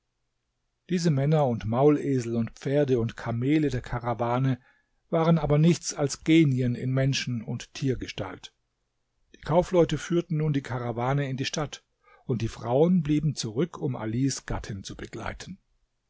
diese männer und maulesel und pferde und kamele der karawane waren aber nichts als genien in menschen und tiergestalt die kaufleute führten nun die karawane in die stadt und die frauen blieben zurück um alis gattin zu begleiten